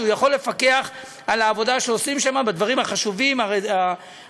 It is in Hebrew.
הוא יכול לפקח על העבודה שעושים שם בדברים החשובים השונים,